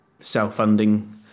self-funding